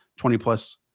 20-plus